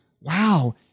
wow